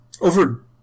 Over